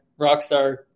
rockstar